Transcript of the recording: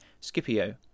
Scipio